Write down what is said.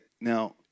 now